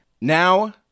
Now